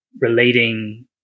relating